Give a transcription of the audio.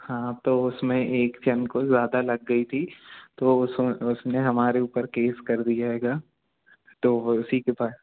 हाँ तो उसमें एक जन को ज़्यादा लग गई थी तो उस उसने हमारे ऊपर केस कर दिया हैगा तो हो उसी के पास